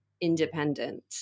independent